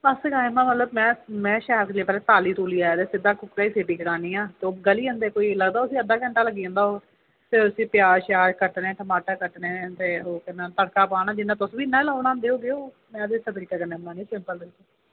ते में शैल तालीियै कुकरै च सीटी मरानी आं ते गली जंदे भी लगदा उसी अद्धा घैंटा लग्गी जंदा होग ते उसली प्याज़ कट्टने ते टमाटर कट्टनै ई ते पक्का पाना तुस लोग बी इंया बनांदे होने में ते इस तरीकै कन्नै बनांदी तुस पता निं